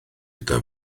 gyda